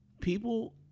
People